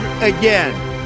again